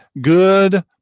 good